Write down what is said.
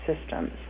systems